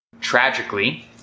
Tragically